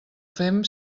fem